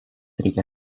reikia